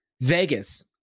Vegas